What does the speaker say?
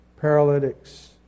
Paralytics